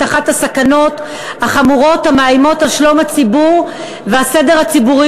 אחת הסכנות החמורות המאיימות על שלום הציבור והסדר הציבורי